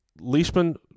Leishman